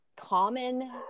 common